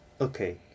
Okay